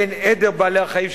בין עדר בעלי-החיים,